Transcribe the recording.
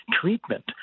treatment